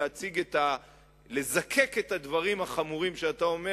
להציג ולזקק את הדברים החמורים שאתה אומר